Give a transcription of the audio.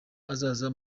azaza